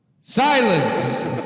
Silence